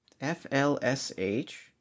F-L-S-H